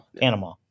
Panama